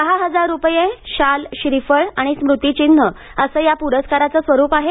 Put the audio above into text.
दहा हजार रूपये शाल श्रीफळ आणि स्मृतिचिन्ह असं या प्रस्काराचं स्वरूप आहे